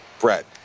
Brett